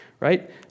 right